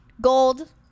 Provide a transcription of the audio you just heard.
gold